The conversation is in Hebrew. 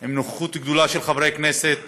עם נוכחות גדולה של חברי כנסת